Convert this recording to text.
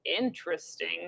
interesting